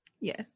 Yes